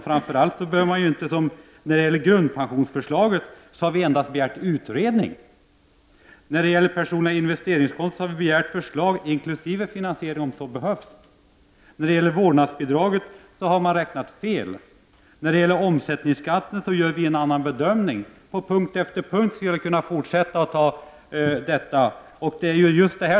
Framför allt bör man lägga märke till att när det gäller grundpensionsförslaget har vi endast begärt utredning. I fråga om personliga investeringskonton har vi begärt förslag inkl. finansiering, om så behövs. När det gäller vårdnadsbidraget har man räknat fel, och beträffande omsättningsskatten gör vi en annan bedömning. Jag skulle kunna fortsätta att räkna upp punkt efter punkt.